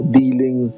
dealing